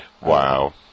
Wow